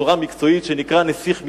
בצורה מקצועית, שנקרא "נסיך מצרים"